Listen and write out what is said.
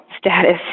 status